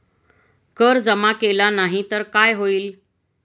कर जमा केला नाही तर काय होईल?